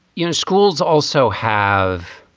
you know, schools also have